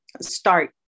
Start